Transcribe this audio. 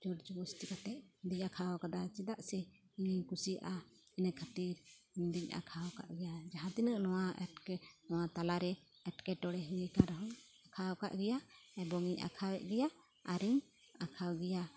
ᱡᱳᱨ ᱡᱚᱵᱚᱥᱛᱤ ᱠᱟᱛᱮ ᱤᱧᱫᱩᱧ ᱟᱸᱠᱷᱟᱣ ᱠᱟᱫᱟ ᱪᱮᱫᱟᱜ ᱥᱮ ᱤᱧᱫᱩᱧ ᱠᱩᱥᱤᱭᱟᱜᱼᱟ ᱤᱱᱟᱹ ᱠᱷᱟᱹᱛᱤᱨ ᱤᱧᱫᱩᱧ ᱟᱸᱠᱷᱟᱣ ᱟᱠᱟᱫ ᱜᱮᱭᱟ ᱡᱟᱦᱟᱸᱛᱤᱱᱟᱹᱜ ᱱᱚᱣᱟ ᱮᱴᱠᱮᱴᱮ ᱱᱚᱣᱟ ᱛᱟᱞᱟ ᱨᱮ ᱮᱴᱠᱮᱴᱚᱬᱮ ᱦᱩᱭᱟᱠᱟᱱ ᱨᱮᱦᱚᱸ ᱟᱸᱠᱷᱟᱣ ᱟᱠᱟᱫ ᱜᱤᱭᱟᱹᱧ ᱮᱵᱚᱝᱤᱧ ᱟᱸᱠᱷᱟᱣᱮᱫ ᱜᱮᱭᱟ ᱟᱨᱤᱧ ᱟᱸᱠᱷᱟᱣ ᱜᱮᱭᱟ